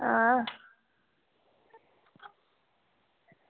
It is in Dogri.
आं